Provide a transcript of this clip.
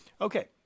okay